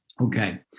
Okay